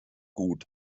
gut